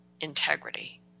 integrity